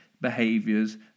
behaviors